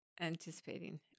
anticipating